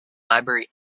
library